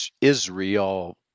Israel